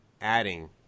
adding